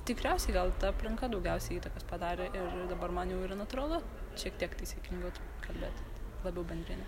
tikriausiai gal ta aplinka daugiausia įtakos padarė ir dabar man jau yra natūralu šiek tiek taisyklingiau kalbėt labiau bendrine